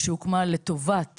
שהוקמה לטובת